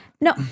No